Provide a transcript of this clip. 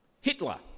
Hitler